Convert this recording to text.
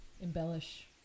embellish